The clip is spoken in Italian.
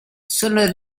sono